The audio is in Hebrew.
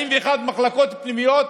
41 מחלקות פנימיות